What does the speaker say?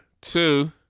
Two